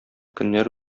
көннәр